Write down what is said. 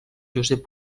josep